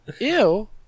Ew